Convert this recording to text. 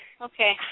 Okay